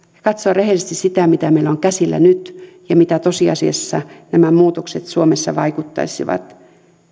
katsoa rehellisesti sitä mitä meillä on käsillä nyt ja mitä tosiasiassa nämä muutokset suomessa vaikuttaisivat